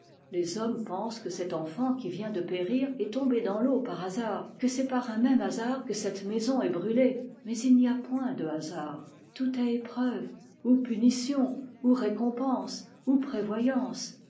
les hommes pensent que cet enfant qui vient de périr est tombé dans l'eau par hasard que c'est par un même hasard que cette maison est brûlée mais il n'y a point de hasard tout est épreuve ou punition ou récompense ou prévoyance